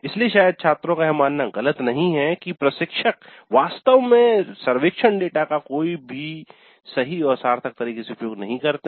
इसलिए शायद छात्रों का यह मानना गलत नहीं हैं कि प्रशिक्षक वास्तव में सर्वेक्षण डेटा का कही भी सही और सार्थक तरीके से उपयोग नहीं करते हैं